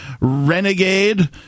renegade